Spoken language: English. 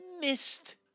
Missed